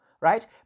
Right